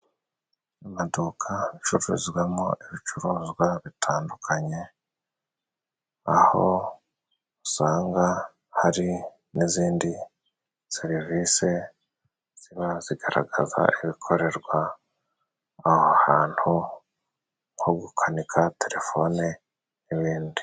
Amaduka acururizwamo ibicuruzwa bitandukanye, aho usanga hari n'izindi serivisi ziba zigaragaza ibikorerwa aho hantut, nko gukanika telefone n'ibindi.